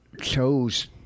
chose